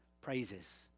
praises